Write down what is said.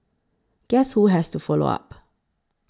guess who has to follow up